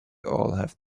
have